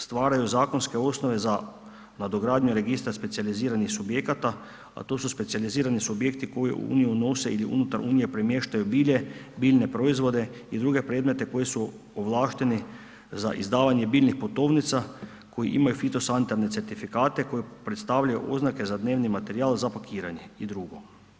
Stvaraju zakonske osnove za nadogradnju registra specijaliziranih subjekata, a to su specijalizirani subjekti koji u Uniju unose ili unutar Unije premiješaju bilje, biljne proizvode i druge predmete koji su ovlašteni za izdavanje biljnih putovnica koji imaju fitosanitarne certifikate koji predstavljaju oznake za dnevni materijal za pakiranje i drugo.